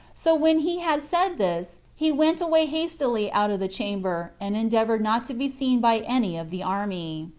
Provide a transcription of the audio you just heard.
so when he had said this, he went away hastily out of the chamber, and endeavored not to be seen by any of the army.